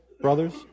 brothers